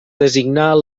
designar